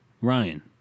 Ryan